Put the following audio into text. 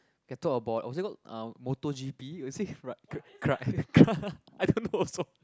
can talk about what is it called ah motor G_P is it I don't know also